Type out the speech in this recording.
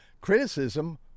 criticism